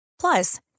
Plus